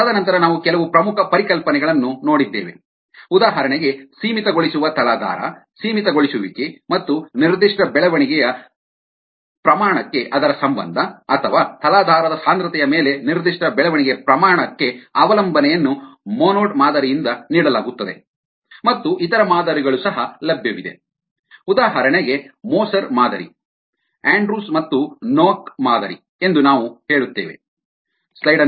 ತದನಂತರ ನಾವು ಕೆಲವು ಪ್ರಮುಖ ಪರಿಕಲ್ಪನೆಗಳನ್ನು ನೋಡಿದ್ದೇವೆ ಉದಾಹರಣೆಗೆ ಸೀಮಿತಗೊಳಿಸುವ ತಲಾಧಾರ ಸೀಮಿತಗೊಳಿಸುವಿಕೆ ಮತ್ತು ನಿರ್ದಿಷ್ಟ ಬೆಳವಣಿಗೆಯ ಪ್ರಮಾಣಕ್ಕೆ ಅದರ ಸಂಬಂಧ ಅಥವಾ ತಲಾಧಾರದ ಸಾಂದ್ರತೆಯ ಮೇಲೆ ನಿರ್ದಿಷ್ಟ ಬೆಳವಣಿಗೆಯ ಪ್ರಮಾಣಕ್ಕೆ ಅವಲಂಬನೆಯನ್ನು ಮೊನೊಡ್ ಮಾದರಿಯಿಂದ ನೀಡಲಾಗುತ್ತದೆ ಮತ್ತು ಇತರ ಮಾದರಿಗಳು ಸಹ ಲಭ್ಯವಿದೆ ಉದಾಹರಣೆಗೆ ಮೋಸರ್ ಮಾದರಿ ಆಂಡ್ರ್ಯೂಸ್ ಮತ್ತು ನೋಕ್ ಮಾದರಿ ಎಂದು ನಾವು ಹೇಳುತ್ತೇವೆ